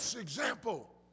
example